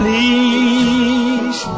Please